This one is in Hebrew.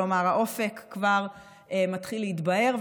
כלומר האופק כבר מתחיל להתבהר,